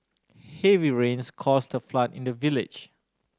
heavy rains caused a flood in the village